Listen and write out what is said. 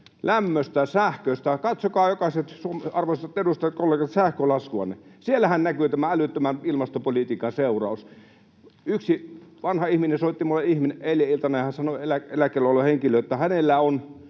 lämmöstä, sähköstä. Katsokaa jokainen, arvoisat edustajakollegat, sähkölaskuanne. Siellähän näkyy tämän älyttömän ilmastopolitiikan seuraus. Yksi vanha ihminen soitti minulle eilen iltana, ja hän, eläkkeellä oleva henkilö, sanoi, että hänellä on